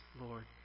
Lord